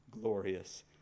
glorious